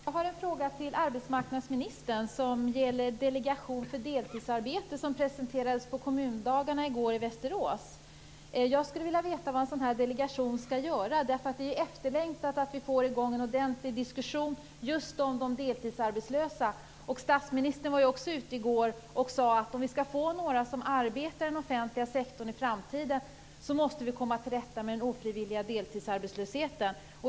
Fru talman! Jag har en fråga till arbetsmarknadsministern som gäller den delegation för deltidsarbete som presenterades på kommundagarna i går i Västerås. Jag skulle vilja veta vad en sådan delegation skall göra. Det är efterlängtat att vi får i gång en ordentlig diskussion om de deltidsarbetslösa. Statsministern var också ute i går och sade att om vi skall få några att arbeta inom den offentliga sektorn i framtiden måste vi komma till rätta med den ofrivilliga deltidsarbetslösheten.